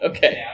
Okay